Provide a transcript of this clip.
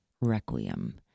requiem